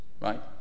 Right